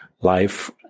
life